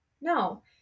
no